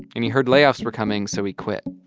and he heard layoffs were coming so he quit.